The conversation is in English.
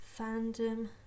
Fandom